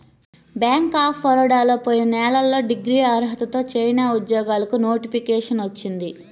bank of బరోడాలో పోయిన నెలలో డిగ్రీ అర్హతతో చానా ఉద్యోగాలకు నోటిఫికేషన్ వచ్చింది